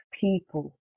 people